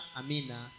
amina